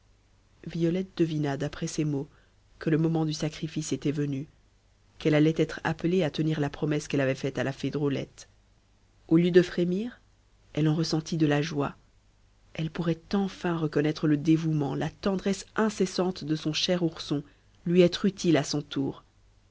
violette devina d'après ces mots que le moment du sacrifice était venu qu'elle allait être appelée à tenir la promesse qu'elle avait faite à la fée drôlette au lieu de frémir elle en ressentit de la joie elle pourrait enfin reconnaître le dévouement la tendresse incessante de son cher ourson lui être utile à son tour